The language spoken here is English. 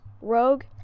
Rogue